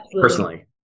personally